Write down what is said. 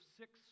six